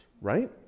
Right